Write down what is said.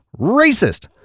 racist